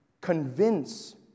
Convince